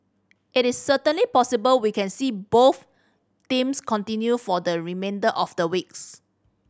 it is certainly possible we can see both themes continue for the remainder of the weeks